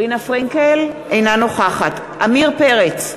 אינה נוכחת עמיר פרץ,